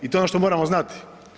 I to je ono što moramo znati.